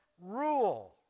rule